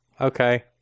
Okay